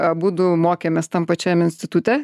abudu mokėmės tam pačiam institute